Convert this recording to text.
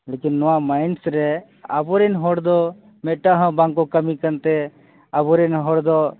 ᱞᱮᱠᱤᱱ ᱱᱚᱣᱟ ᱢᱟᱹᱭᱤᱱᱥ ᱨᱮ ᱟᱵᱚᱨᱮᱱ ᱦᱚᱲᱫᱚ ᱢᱤᱫᱴᱟᱝ ᱦᱚᱸ ᱵᱟᱝᱠᱚ ᱠᱟᱹᱢᱤᱠᱟᱱᱛᱮ ᱟᱵᱚᱨᱮᱱ ᱦᱚᱲᱫᱚ